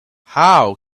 how